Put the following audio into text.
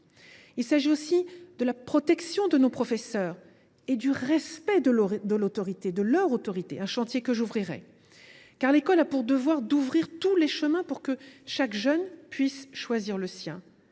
concerne aussi la protection de nos professeurs et le respect de leur autorité. C’est un chantier que j’ouvrirai. L’école a pour devoir d’ouvrir tous les chemins pour que chaque jeune puisse choisir le sien.